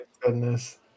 goodness